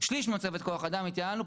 שליש ממצבת כח האדם התייעלנו,